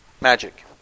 Magic